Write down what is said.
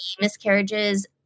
miscarriages